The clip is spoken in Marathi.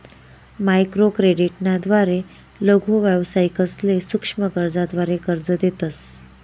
माइक्रोक्रेडिट ना द्वारे लघु व्यावसायिकसले सूक्ष्म कर्जाद्वारे कर्ज देतस